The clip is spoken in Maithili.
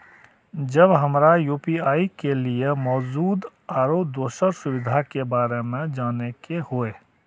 जब हमरा यू.पी.आई के लिये मौजूद आरो दोसर सुविधा के बारे में जाने के होय?